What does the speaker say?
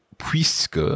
Puisque